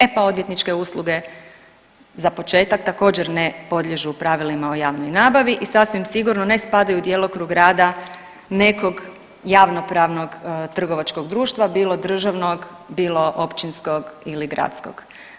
E pa odvjetničke usluge za početak također ne podliježu pravilima o javnoj nabavi i sasvim sigurno ne spadaju u djelokrug rada nekog javnopravnog trgovačkog društva bilo državnog, bilo općinskog ili gradskog.